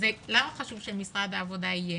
ולמה חשוב שהאוצר יהיה?